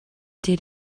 did